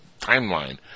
timeline